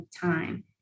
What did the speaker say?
time